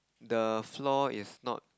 the floor is not